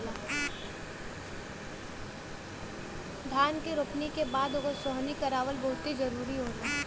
धान के रोपनी के बाद ओकर सोहनी करावल बहुते जरुरी होला